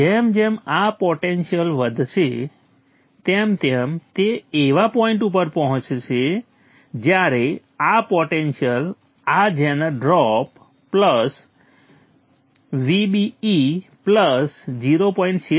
જેમ જેમ આ પોટેન્શિયલ વધશે તેમ તેમ તે એવા પોઈન્ટ ઉપર પહોંચશે જ્યારે આ પોટેંશિયલ આ ઝેનર ડ્રોપ પ્લસ Vbe 0